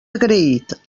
agraït